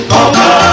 Poker